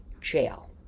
jail